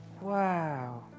Wow